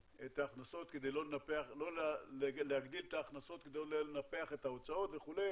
לא להגדיל את ההכנסות כדי לא לנפח את ההוצאות וכו',